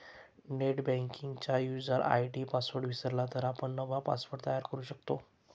नेटबँकिंगचा user ID password विसरला तरी आपण नवा पासवर्ड तयार करू शकतो